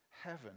heaven